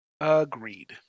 Agreed